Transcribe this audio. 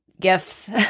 gifts